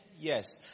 Yes